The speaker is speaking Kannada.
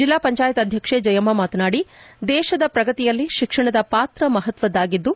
ಜಿಲ್ಲಾ ಪಂಚಾಯತ್ ಅಧ್ಯಕ್ಷೆ ಜಯಮ್ನ ಮಾತನಾಡಿ ದೇಶದ ಪ್ರಗತಿಯಲ್ಲಿ ಶಿಕ್ಷಣದ ಪಾತ್ರ ಮಹತ್ವದ್ದಾಗಿದ್ದು